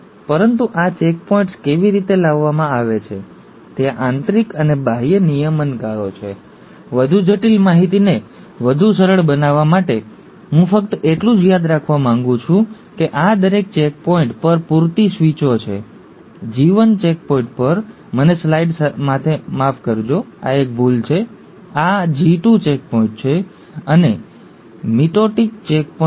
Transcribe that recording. પરંતુ આ ચેકપોઇન્ટ્સ કેવી રીતે લાવવામાં આવે છે ત્યાં આંતરિક અને બાહ્ય નિયમનકારો છે વધુ જટિલ માહિતીને વધુ સરળ બનાવવા માટે હું ફક્ત એટલું જ યાદ રાખવા માંગું છું કે આ દરેક ચેકપોઇન્ટ પર પૂરતી સ્વીચો છે G1 ચેકપોઇન્ટ પર પર મને સ્લાઇડ્સ સાથે માફ કરશો આ એક ભૂલ છે આ એક G2 G2 ચેકપોઇન્ટ છે અને મિટોટિક ચેકપોઇન્ટ પર